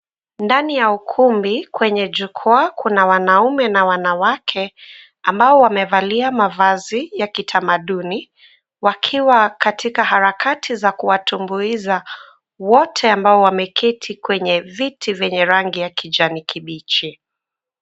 Ndani ya ukumbi kwenye jukwaa, kuna wanaume na wanawake ambao wamevalia mavazi ya kitamaduni, wakiwa katika harakati za kuwatumbuiza wote ambao wameketi kwenye viti vyenye rangi ya kijani kibichi.